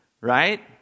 right